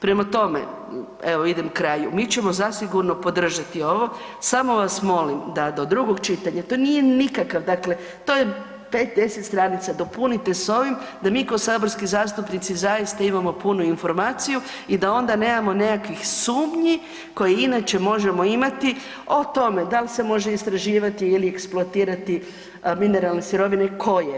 Prema tome, evo idemo kraju, mi ćemo zasigurno podržati ovo samo vas molim da do drugog čitanja, to nije nikakav, to je 5, 10 stranica dopunite s ovim da mi kao saborski zastupnici zaista imamo punu informaciju i da onda nemamo nekakvih sumnji koje inače možemo imati o tome da li se može istraživati ili eksploatirati mineralne sirovine i koje.